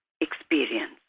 experience